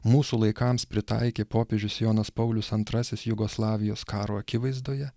mūsų laikams pritaikė popiežius jonas paulius antrasis jugoslavijos karo akivaizdoje